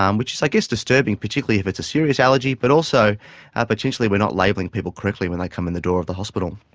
um which is i guess disturbing, particularly if it's a serious allergy but also ah potentially we are not labelling people correctly when they come in the door of the hospital.